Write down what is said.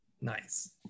nice